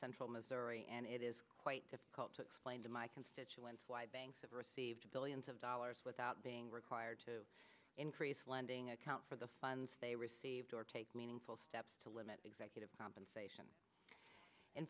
central missouri and it is quite difficult to explain to my constituents why banks have received billions of dollars without being required to increase lending account for the funds they received or take meaningful steps to limit executive compensation in